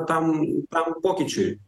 tam tam pokyčiui